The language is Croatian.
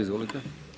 Izvolite.